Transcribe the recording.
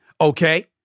okay